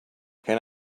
can